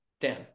Dan